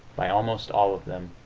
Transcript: by almost all of them.